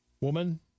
Woman